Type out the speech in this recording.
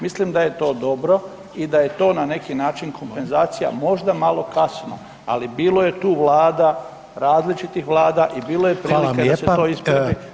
Mislim da je to dobro i da je to na neki način kompenzacija možda malo kasno, ali bilo je tu vlada, različitih vlada i bilo je prilika da